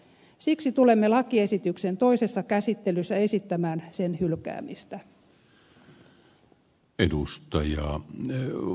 siksi tulemme lakiesityksen toisessa käsittelyssä esittämään sen hylkäämistä